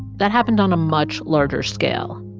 that happened on a much larger scale.